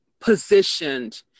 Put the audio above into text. positioned